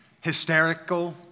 hysterical